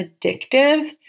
addictive